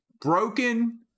broken